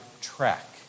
track